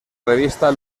revista